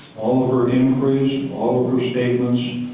all of her inquiries, all of her statements,